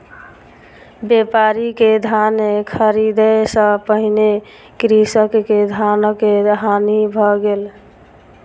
व्यापारी के धान ख़रीदै सॅ पहिने कृषक के धानक हानि भ गेल